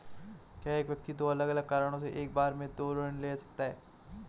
क्या एक व्यक्ति दो अलग अलग कारणों से एक बार में दो ऋण ले सकता है?